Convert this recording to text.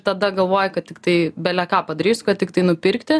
tada galvoji kad tiktai bele ką padarysiu kad tiktai nupirkti